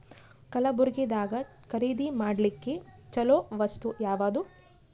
ಕಲಬುರ್ಗಿದಾಗ ಖರೀದಿ ಮಾಡ್ಲಿಕ್ಕಿ ಚಲೋ ವಸ್ತು ಯಾವಾದು?